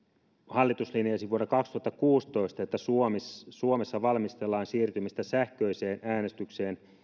hallitus linjasi vuonna kaksituhattakuusitoista että suomessa suomessa valmistellaan siirtymistä sähköiseen äänestykseen